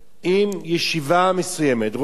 אם ישיבה מסוימת רוצה